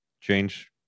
change